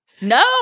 no